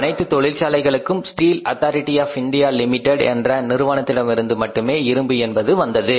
அனைத்து தொழிற்சாலைகளுக்கும் steel authority of India limited என்ற நிறுவனத்திடமிருந்து மட்டுமே இரும்பு என்பது வந்தது